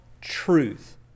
truth